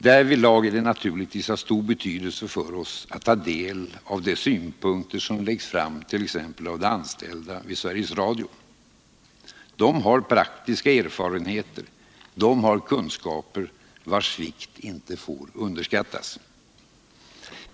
Därvidlag är det naturligtvis av stor betydelse för oss att vi tar del av de synpunkter som läggs fram t.ex. av de anställda vid Sveriges Radio. De har praktiska erfarenheter och kunskaper, vilkas vikt inte får underskattas.